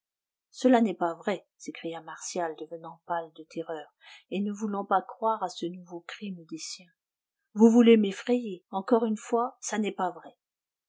cela n'est pas vrai s'écria martial devenant pâle de terreur et ne voulant pas croire à ce nouveau crime des siens vous voulez m'effrayer encore une fois ça n'est pas vrai